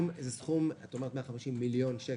את אומרת שזה 150 מיליון שקל